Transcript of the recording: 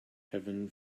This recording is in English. heaven